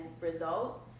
result